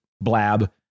blab